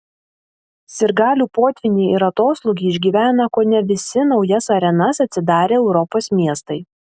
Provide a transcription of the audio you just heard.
sirgalių potvynį ir atoslūgį išgyvena kone visi naujas arenas atsidarę europos miestai